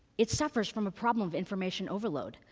it suffers from a problem of information overload.